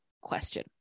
question